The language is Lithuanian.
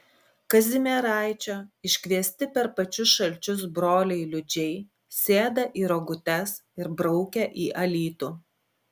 kazimieraičio iškviesti per pačius šalčius broliai liudžiai sėda į rogutes ir braukia į alytų